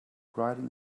riding